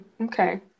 okay